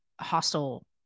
hostile